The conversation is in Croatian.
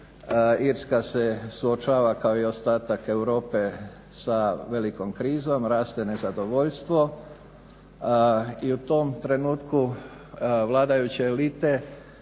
Irska se suočava kao i ostatak Europe sa velikom krizom, raste nezadovoljstvo i u tom trenutku vladajuće elite